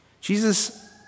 Jesus